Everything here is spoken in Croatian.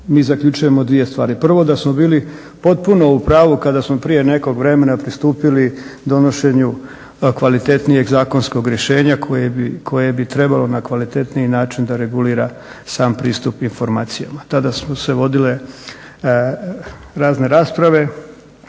mi zaključujemo dvije stvari. Prvo da smo bili potpuno u pravu kada smo prije nekog vremena pristupili donošenju kvalitetnijeg zakonskog rješenja koje bi trebalo na kvalitetniji način da regulira sam pristup informacijama. Tada su se vodile razne rasprave.